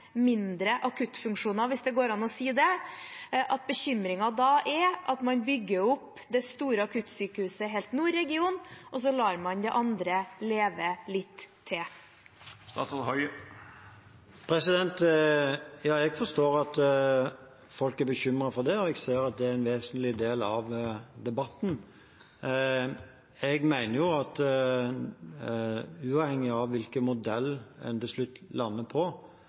mindre akuttfunksjoner, hvis det går an å si det – vil gjøre at man bygger opp det store akuttsykehuset helt nord i regionen og lar det andre leve litt til. Ja, jeg forstår at folk er bekymret for det, og jeg ser at det er en vesentlig del av debatten. Uavhengig av hvilken modell en til slutt lander på,